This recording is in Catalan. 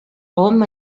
hom